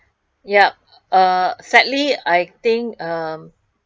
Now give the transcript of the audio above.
yup uh sadly I think um